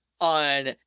on